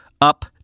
up